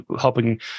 helping